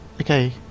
okay